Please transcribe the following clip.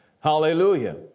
Hallelujah